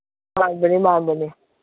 ꯃꯥꯟꯕꯅꯤ ꯃꯥꯟꯕꯅꯤ